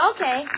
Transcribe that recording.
Okay